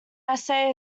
essay